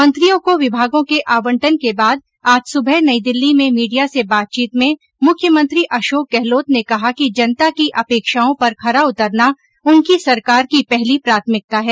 मंत्रियों को विभागों के आवंटन के बाद आज सुबह नई दिल्ली में मीडिया से बातचीत में मुख्यमंत्री अशोक गहलोत ने कहा कि जनता की अपेक्षाओं पर खरा उतरना उनकी सरकार की पहली प्राथमिकता है